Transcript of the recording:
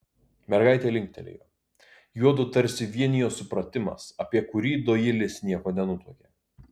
mergaitė linktelėjo juodu tarsi vienijo supratimas apie kurį doilis nieko nenutuokė